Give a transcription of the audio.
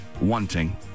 wanting